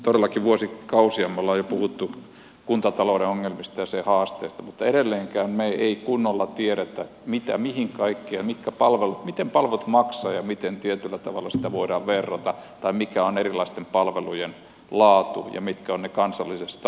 todellakin jo vuosikausia me olemme puhuneet kuntatalouden ongelmista ja sen haasteista mutta edelleenkään me emme kunnolla tiedä mihin kaikkeen menee mitä palvelut maksavat ja miten tietyllä tavalla sitä voidaan verrata tai mikä on erilaisten palvelujen laatu ja mitkä ovat ne kansalliset standardit